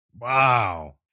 Wow